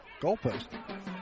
goalpost